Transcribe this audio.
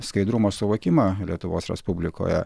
skaidrumo suvokimą lietuvos respublikoje